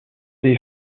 des